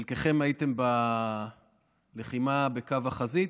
חלקכם הייתם בלחימה בקו החזית,